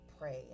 pray